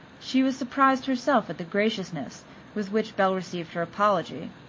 she was surprised herself at the graciousness with which belle received her apology.